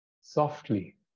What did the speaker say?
softly